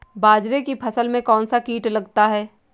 बाजरे की फसल में कौन सा कीट लगता है?